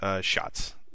shots